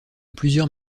plusieurs